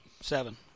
Seven